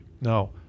Now